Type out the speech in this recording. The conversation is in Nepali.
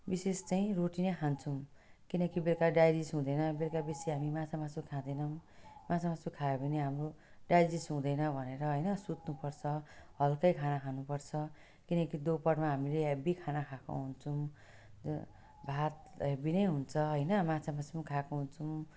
विशेष चाहिँ रोटी नै खान्छौँ किनकि बेलुका डाइजेस्ट हुँदैन बेलुका बेसी हामी माछा मासु खाँदैनौँ माछा मासु खायो भने हाम्रो डाइजेस्ट हुँदैन भनेर होइन सुत्नु पर्छ हल्का खाना खानु पर्छ किनकि दोपहरमा हामीले है हेभी खाना खाएको हुन्छौँ भात हेभी नै हुन्छ होइन माछा मासु पनि खाएको हुन्छौँ